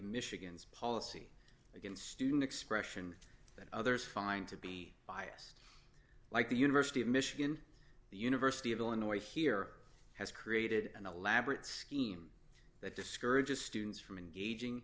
michigan's policy against student expression that others find to be biased like the university of michigan the university of illinois here has created an elaborate scheme that discourages students from engaging